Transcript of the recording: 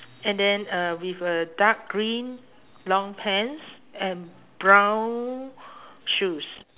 and then uh with a dark green long pants and brown shoes